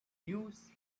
news